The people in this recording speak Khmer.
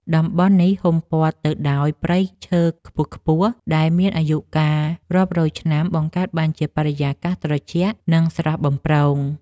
តំបន់នេះហ៊ុមព័ទ្ធទៅដោយព្រៃឈើខ្ពស់ៗដែលមានអាយុកាលរាប់រយឆ្នាំ បង្កើតបានជាបរិយាកាសត្រជាក់ស្រួល និងស្រស់បំព្រង។